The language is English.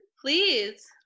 Please